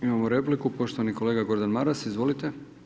Imamo repliku, poštovani kolega Gordan Maras, izvolite.